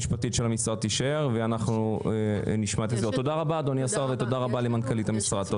תודה רבה אדוני השר ותודה רבה למנכ"לית המשרד.